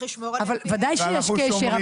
בוודאי שיש קשר,